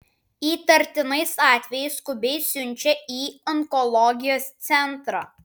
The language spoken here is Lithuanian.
įtartinais atvejais skubiai siunčia į onkologijos centrą